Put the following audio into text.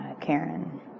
Karen